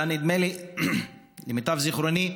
אלא נדמה לי, למיטב זיכרוני,